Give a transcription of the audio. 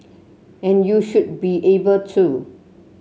and you should be able to